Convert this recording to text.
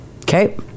Okay